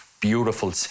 beautiful